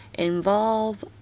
involve